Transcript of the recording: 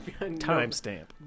Timestamp